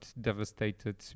devastated